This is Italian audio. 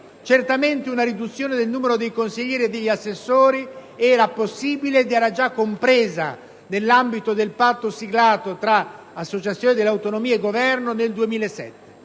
Certamente una riduzione del numero dei consiglieri e degli assessori era possibile ed era già contemplata nel patto siglato tra associazioni delle autonomie e Governo nel 2007.